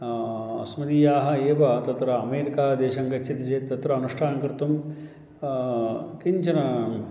अस्मदीयाः एव तत्र अमेरिकादेशं गच्छति चेत् तत्र अनुष्ठानं कर्तुं किञ्चत्